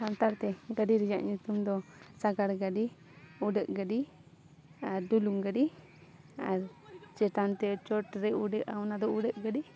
ᱥᱟᱱᱛᱟᱲ ᱛᱮ ᱜᱟᱹᱰᱤ ᱨᱮᱭᱟᱜ ᱧᱩᱛᱩᱢ ᱫᱚ ᱥᱟᱜᱟᱲ ᱜᱟᱹᱰᱤ ᱩᱰᱟᱹᱜ ᱜᱟᱹᱰᱤ ᱟᱨ ᱰᱩᱞᱩᱝ ᱜᱟᱹᱰᱤ ᱟᱨ ᱪᱮᱛᱟᱱ ᱛᱮ ᱪᱚᱴ ᱨᱮ ᱩᱰᱟᱹᱜᱼᱟ ᱚᱱᱟ ᱫᱚ ᱩᱰᱟᱹᱜ ᱜᱟᱹᱰᱤ